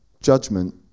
judgment